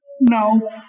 No